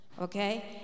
Okay